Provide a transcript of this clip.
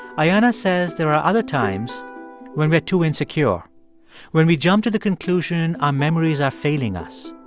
ah ayanna says there are other times when we're too insecure when we jump to the conclusion our memories are failing us.